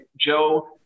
Joe